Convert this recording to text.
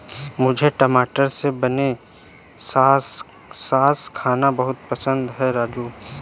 मुझे टमाटर से बने सॉस खाना बहुत पसंद है राजू